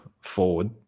forward